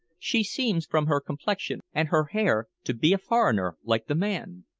she seems, from her complexion and her hair, to be a foreigner, like the man.